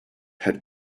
had